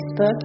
Facebook